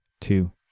two